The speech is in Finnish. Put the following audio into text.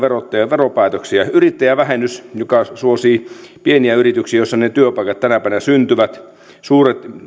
veropäätöksiä yrittäjävähennys suosii pieniä yrityksiä joissa ne työpaikat tänä päivänä syntyvät suuret